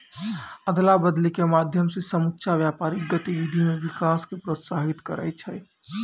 अदला बदली के माध्यम से समुच्चा व्यापारिक गतिविधि मे विकास क प्रोत्साहित करै छै